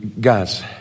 Guys